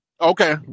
Okay